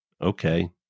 okay